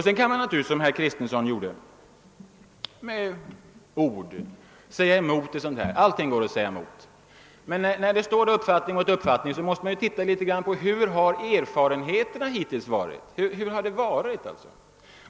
Man kan naturligtvis, såsom herr Kristenson gjorde, säga emot när situationen beskrivs på detta sätt. Det går att säga emot allt. Men när uppfattning står mot uppfattning får man se på de tidigare erfarenheterna. Hur har det då tidigare varit?